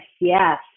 Yes